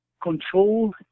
control